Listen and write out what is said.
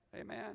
Amen